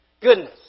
Goodness